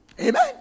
Amen